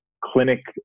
clinic